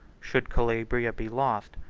should calabria be lost,